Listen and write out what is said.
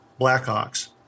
Blackhawks